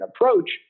approach